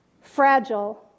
fragile